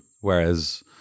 whereas